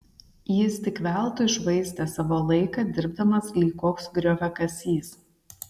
jis tik veltui švaistė savo laiką dirbdamas lyg koks grioviakasys